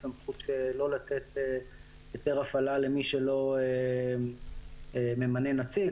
סמכות שלא לתת היתר הפעלה למי שלא ממנה נציג,